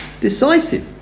decisive